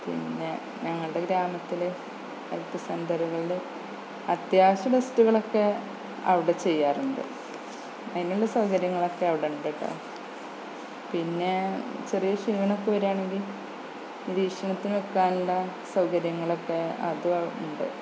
പിന്നെ ഞങ്ങളുടെ ഗ്രാമത്തില് ഹെൽത്ത് സെന്ററുകളില് അത്യാവശ്യം ടെസ്റ്റുകളൊക്കെ അവിടെ ചെയ്യാറുണ്ട് അതിനുള്ള സൗകര്യങ്ങളക്കെ അവിടെയുണ്ട് കെട്ടോ പിന്നെ ചെറിയ ക്ഷീണമൊക്കെ വരുവാണെങ്കില് നിരീക്ഷണത്തില് വെക്കാനുള്ള സൗകര്യങ്ങളൊക്കെ അതും ഉണ്ട്